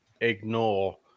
ignore